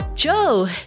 Joe